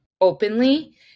openly